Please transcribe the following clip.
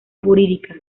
jurídica